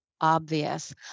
obvious